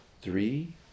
three